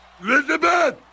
Elizabeth